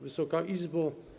Wysoka Izbo!